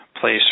place